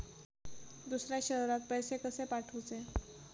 दुसऱ्या शहरात पैसे कसे पाठवूचे?